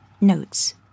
Notes